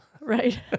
Right